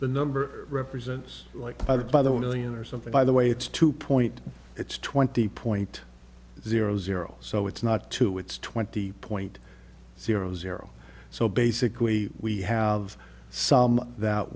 the number represents like i did by the million or something by the way it's two point it's twenty point zero zero so it's not too it's twenty point zero zero so basically we have some that